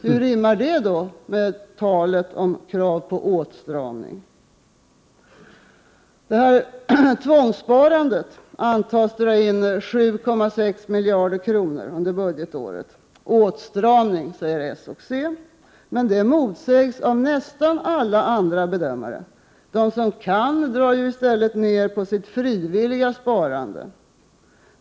Hur rimmar detta med kravet på åtstramning? Tvångssparandet antas dra in 7,6 miljarder kronor under budgetåret. Åtstramning, säger socialdemokraterna och centern. Men det motsägs av nästan alla andra bedömare. De som kan drar i stället ner på sitt frivilliga sparande.